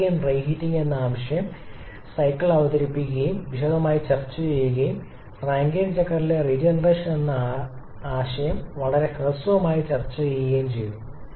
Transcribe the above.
Rankine re heating എന്ന ആശയം cycle അവതരിപ്പിക്കുകയും വിശദമായി ചർച്ച ചെയ്യുകയും റാങ്കൈൻ ചക്രത്തിലെ റീജനറേഷനെആശയം വളരെ ഹ്രസ്വമായി സ്പർശിക്കുകയും ചെയ്തു